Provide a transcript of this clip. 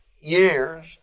years